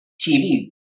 TV